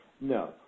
no